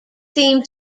theme